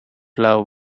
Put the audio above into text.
love